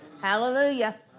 Hallelujah